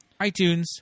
iTunes